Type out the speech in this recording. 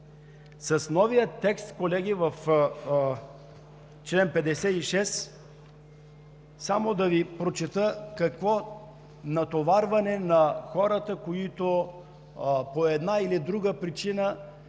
С новия текст, колеги, в чл. 56 – само да Ви прочета какво натоварване е на хората, които, по една или друга причина,